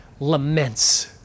laments